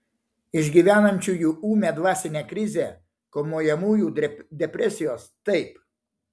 išgyvenančiųjų ūmią dvasinę krizę kamuojamųjų depresijos taip